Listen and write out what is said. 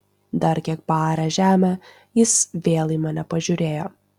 dar kiek paaręs žemę jis vėl į mane pažiūrėjo